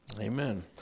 Amen